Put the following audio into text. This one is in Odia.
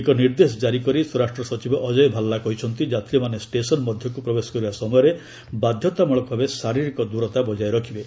ଏକ ନିର୍ଦ୍ଦେଶ ଜାରି କରି ସ୍ୱରାଷ୍ଟ୍ର ସଚିବ ଅଜୟ ଭାଲ୍ଲା କହିଛନ୍ତି ଯାତ୍ରୀମାନେ ଷ୍ଟେସନ୍ ମଧ୍ୟକୁ ପ୍ରବେଶ କରିବା ସମୟରେ ବାଧ୍ୟତାମୂଳକ ଭାବେ ଶାରୀରିକ ଦୂରତା ବଜାୟ ରଖିବେ